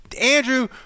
Andrew